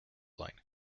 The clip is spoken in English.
line